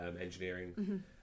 engineering